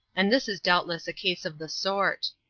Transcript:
and this is doubtless a case of the sort.